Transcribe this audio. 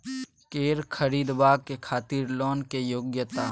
कैर खरीदवाक खातिर लोन के योग्यता?